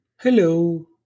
Hello